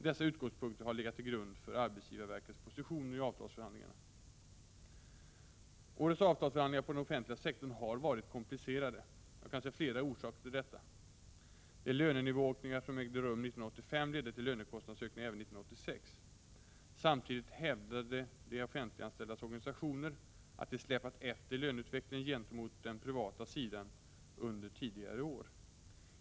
Dessa utgångspunkter har legat till grund för arbetsgivarverkets positioner i avtalsförhandlingarna. Årets avtalsförhandlingar på den offentliga sektorn har varit komplicerade. Jag kan se flera orsaker till detta: — De lönenivåökningar som ägde rum 1985 ledde till lönekostnadsökningar även 1986. Samtidigt hävdade de offentliganställdas organisationer att de släpat efter i löneutvecklingen gentemot den privata sidan under tidigare år.